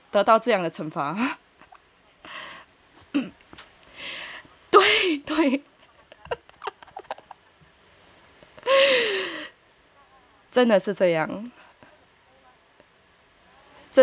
是得到这样的惩罚 真的是这样